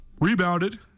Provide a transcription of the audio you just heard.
rebounded